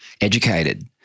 educated